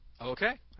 Okay